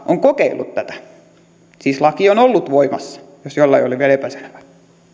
on kokeillut tätä siis laki on ollut voimassa jos jollekin oli vielä epäselvää